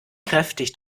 kräftig